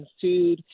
food